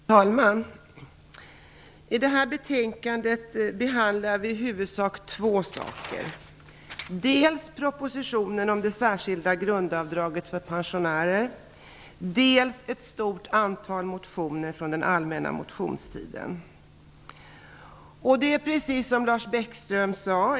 Fru talman! I det här betänkandet behandlar vi i huvudsak två saker dels propositionen om det särskilda grundavdraget för pensionärer, dels ett stort antal motioner från den allmänna motionstiden. Det är precis som Lars Bäckström sade.